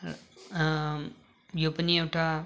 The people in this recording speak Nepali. यो पनि एउटा